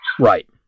Right